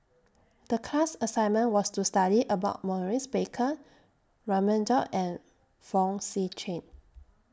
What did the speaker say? The class assignment was to study about Maurice Baker Raman Daud and Fong Sip Chee